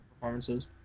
performances